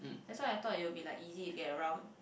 that's why I thought it will be like easy to get around